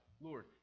Lord